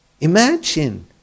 Imagine